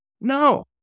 No